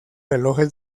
relojes